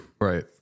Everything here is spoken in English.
right